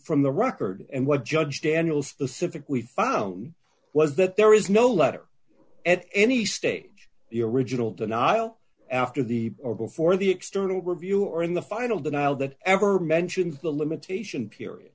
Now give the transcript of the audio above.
from the record and what judge daniel specific we found was that there is no letter at any stage the original denial after the or before the external review or in the final denial that ever mentions the limitation period